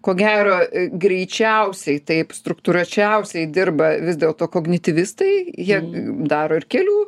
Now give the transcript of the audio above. ko gero greičiausiai taip struktūruočiausiai dirba vis dėlto kognityvistai jie daro ir kelių